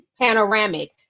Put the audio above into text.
panoramic